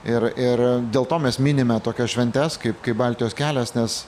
ir ir dėl to mes minime tokias šventes kaip kaip baltijos kelias nes